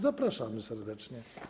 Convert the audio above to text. Zapraszamy serdecznie.